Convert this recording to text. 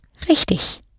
Richtig